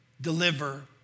deliver